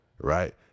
Right